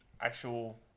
actual